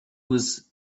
was